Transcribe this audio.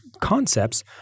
concepts